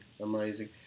amazing